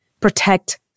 protect